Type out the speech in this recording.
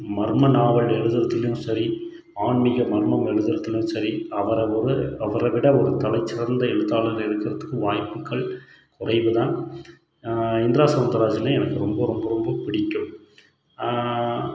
மர்ம நாவல் எழுதுறதுலேயும் சரி ஆன்மிகம் மர்மம் எழுதுறதுலேயும் சரி அவரை ஒரு அவரை விட ஒரு தலைச்சிறந்த எழுத்தாளர் இருக்கிறதுக்கு வாய்ப்புகள் குறைவு தான் இந்திரா சௌந்தரராஜனை எனக்கு ரொம்ப ரொம்ப ரொம்ப பிடிக்கும்